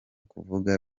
kuvuga